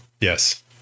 Yes